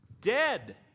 dead